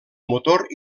motor